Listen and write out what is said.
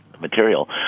material